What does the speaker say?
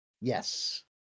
Yes